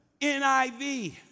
NIV